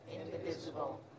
indivisible